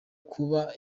kuba